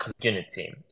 community